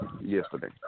yesterday